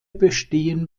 bestehen